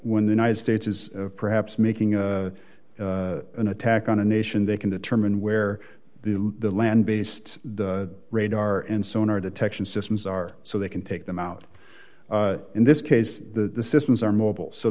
when the united states is perhaps making a an attack on a nation they can determine where the land based radar and sonar detection systems are so they can take them out in this case the systems are mobile so